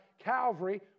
Calvary